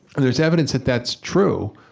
and there's evidence that that's true,